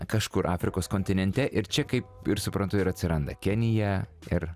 kažkur afrikos kontinente ir čia kaip ir suprantu ir atsiranda kenija ir